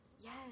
Yes